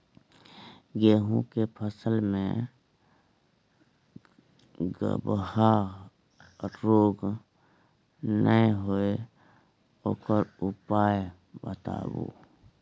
गेहूँ के फसल मे गबहा रोग नय होय ओकर उपाय बताबू?